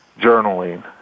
journaling